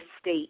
state